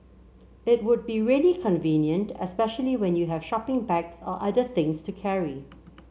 it would be really convenient especially when you have shopping bags or other things to carry